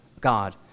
God